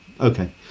Okay